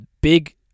big